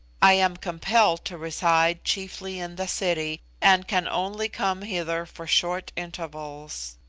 i am compelled to reside chiefly in the city, and can only come hither for short intervals.